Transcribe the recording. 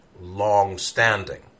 long-standing